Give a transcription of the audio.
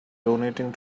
donating